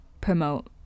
promote